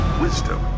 wisdom